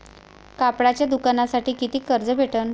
कापडाच्या दुकानासाठी कितीक कर्ज भेटन?